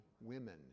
women